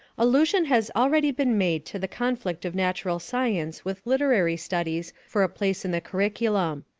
allusion has already been made to the conflict of natural science with literary studies for a place in the curriculum.